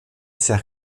sert